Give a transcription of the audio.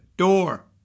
door